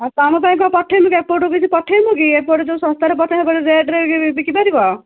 ଆଉ ତୁମ ପାଇଁ କ'ଣ ପଠାଇମିକି ଏପଟୁ କିଛି ପଠାଇମୁକି ଏପଟେ ଯେଉଁ ଶସ୍ତାରେ ପଡ଼ିଛି ହେପଟେ ରେଟ୍ରେ କି ବିକିପାରିବ